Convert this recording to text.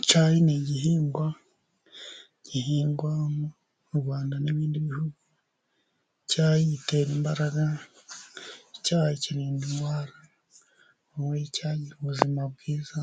Icyayi ni igihingwa gihingwa mu Rwanda n'ibindi bihugu. Icyayi gitera imbaraga, icyayi kirinda indwara. Unyoye icyayi ugira ubuzima bwiza.